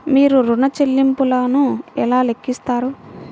మీరు ఋణ ల్లింపులను ఎలా లెక్కిస్తారు?